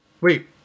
Wait